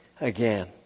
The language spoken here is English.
again